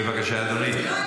בבקשה, אדוני.